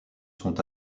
sont